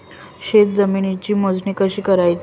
शेत जमिनीची मोजणी कशी करायची?